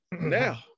Now